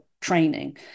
training